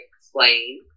explain